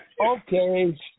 Okay